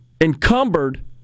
encumbered